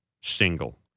single